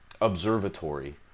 observatory